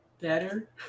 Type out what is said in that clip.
better